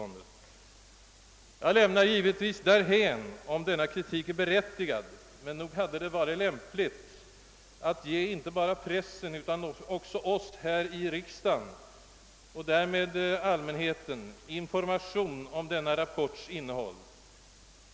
Jag lämnar givetvis därhän om denna kritik är berättigad, men nog hade det varit lämpligt att ge inte bara pressen utan även oss här i riksdagen och därmed allmänheten lite direkt information om denna rapports innehåll.